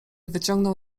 wyciągnął